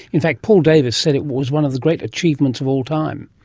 in fact paul davies said it was one of the great achievements of all time.